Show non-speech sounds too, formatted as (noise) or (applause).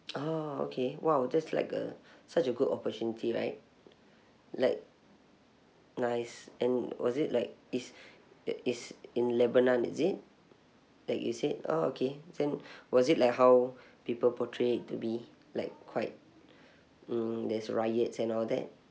oh okay !wow! that's like a such a good opportunity right like nice and was it like is (breath) it's in lebanon is it like you said oh okay then (breath) was it like how (breath) people portrayed to be like quite mm there's riots and all that